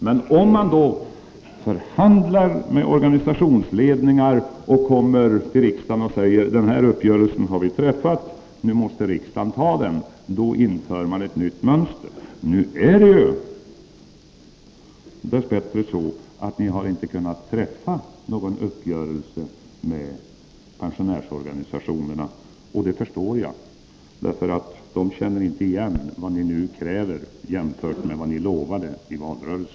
Men om man förhandlar med organisationsledningar och kommer till riksdagen och säger att man har träffat en uppgörelse som riksdagen måste godta, då inför man ett nytt mönster. Nu är det dess bättre så att ni inte har kunnat träffa någon uppgörelse med pensionärsorganisationerna, och det förstår jag, därför att de känner inte igen vad ni nu kräver, jämfört med vad ni lovade i valrörelsen.